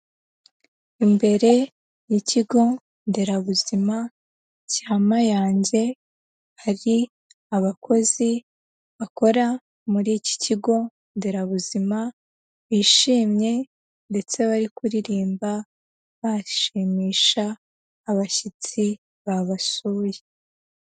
Imbere y'ikigo nderabuzima cya Mayange, hari abakozi bakora muri iki kigo nderabuzima, bishimye ndetse bari kuririmba bashimisha abashyitsi babasuye.